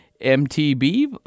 MTB